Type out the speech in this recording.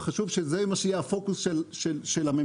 אבל חשוב שזה יהיה הפוקוס של הממשלה.